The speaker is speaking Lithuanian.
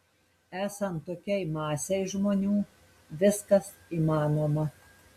esant tokiai masei žmonių viskas įmanoma